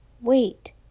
wait